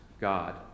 God